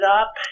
up